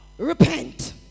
Repent